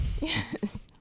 Yes